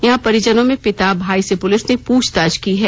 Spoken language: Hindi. यहां परिजनों में पिता भाई से पुलिस ने पुछताछ की है